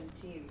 team